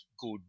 good